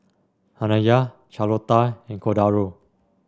Anaya Charlotta and Cordaro